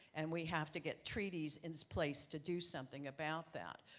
and we have to get treaties in place to do something about that.